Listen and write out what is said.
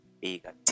bigger